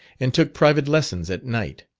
and took private lessons at night.